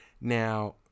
now